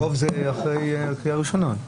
הרוב אחרי קריאה ראשונה.